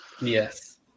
Yes